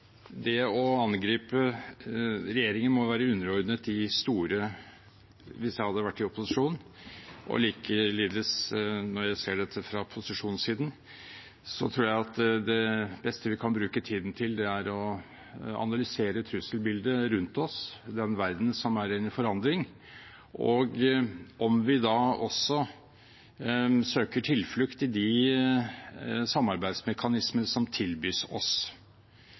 det å angripe regjeringen må være underordnet de store temaene. Hvis jeg hadde vært i opposisjon, og likeledes når jeg ser dette fra posisjonsiden, tror jeg at det beste vi kan bruke tiden til, er å analysere trusselbildet rundt oss i den verdenen som er i forandring, og også søke tilflukt i de samarbeidsmekanismer som tilbys oss.